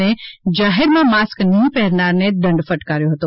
અને જાહેરમાં માસ્ક નહિ પહેરનારાને દંડ ફટકાર્યો હતો